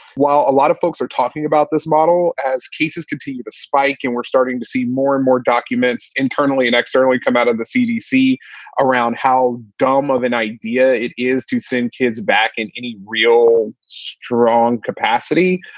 while a lot of folks are talking about this model as cases continue to spike and we're starting to see more and more documents internally and externally come out of the cdc around how dumb of an idea it is to send kids back in any real strong capacity,